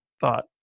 thought